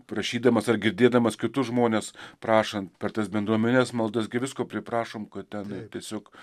prašydamas ar girdėdamas kitus žmones prašant per tas bendruomenes maldas gi visko priprašom kad ten tiesiog